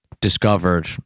discovered